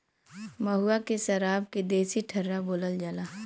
महुआ के सराब के देसी ठर्रा बोलल जाला